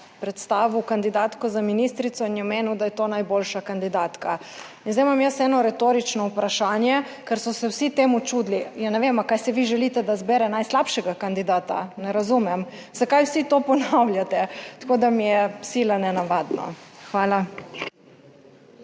predstavil kandidatko za ministrico in je menil, da je to najboljša kandidatka. In zdaj imam jaz eno retorično vprašanje, ker so se vsi temu čudili, ja ne vem ali kaj si vi želite, da izbere najslabšega kandidata, ne razumem? Zakaj vsi to ponavljate? Tako da mi je sila nenavadno. Hvala.